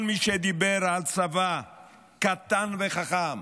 כל מי שדיבר על צבא קטן וחכם,